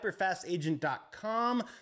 hyperfastagent.com